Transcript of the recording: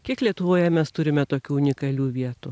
kiek lietuvoje mes turime tokių unikalių vietų